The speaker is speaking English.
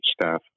staff